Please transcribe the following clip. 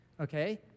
Okay